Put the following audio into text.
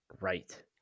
Right